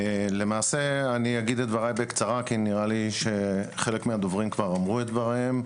למעשה אגיד את דברי בקצרה כי נראה לי שחלק מהדוברים כבר אמרו את הדברים,